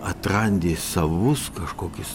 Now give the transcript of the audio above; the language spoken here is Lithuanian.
atrandi savus kažkokius